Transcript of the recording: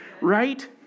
right